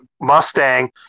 mustang